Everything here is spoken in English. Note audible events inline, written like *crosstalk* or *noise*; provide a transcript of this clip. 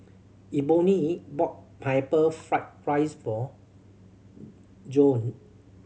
Eboni bought Pineapple Fried rice for *noise* Joann